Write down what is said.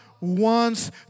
wants